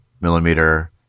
millimeter